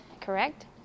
correct